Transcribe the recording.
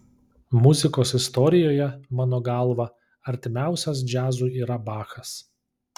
muzikos istorijoje mano galva artimiausias džiazui yra bachas